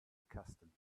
accustomed